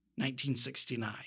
1969